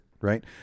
right